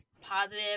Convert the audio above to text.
positive